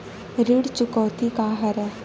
ऋण चुकौती का हरय?